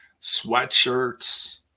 sweatshirts